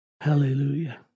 Hallelujah